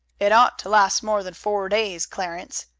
it ought to last more than four days, clarence.